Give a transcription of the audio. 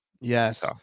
Yes